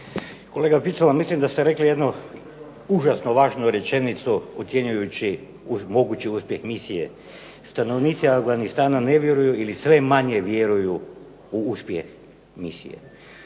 Kolega Picula mislim da ste rekli jednu užasno važnu rečenicu ocjenjujući mogući uspjeh misije, stanovnike Afganistana ne vjeruju ili sve manje vjeruju u uspjeh misije.